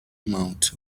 months